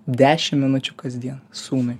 dešim minučių kasdien sūnui